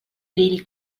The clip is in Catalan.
grill